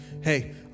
hey